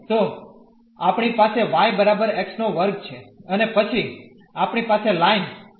તો આપણી પાસે y બરાબર x2 છે અને પછી આપણી પાસે લાઈન છે